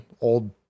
old